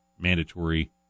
mandatory